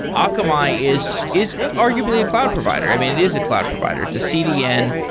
ah akamai is is arguably a cloud provider. i mean, it is a cloud provider. it's a cdn.